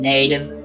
Native